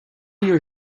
your